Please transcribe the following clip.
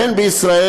הן בישראל,